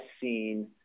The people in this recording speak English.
seen